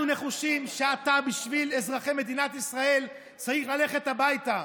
אנחנו נחושים שאתה בשביל אזרחי מדינת ישראל צריך ללכת הביתה.